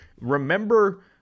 remember –